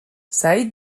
سعید